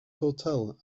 hotel